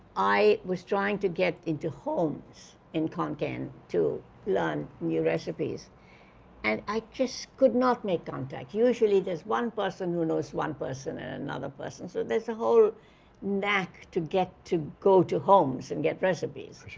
i was trying to get into homes in khon kaen to learn new recipes and i just could not make contact. usually there's one person who knows one person and another person. so there's a whole knack to get to go to homes and get recipes,